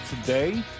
today